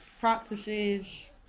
practices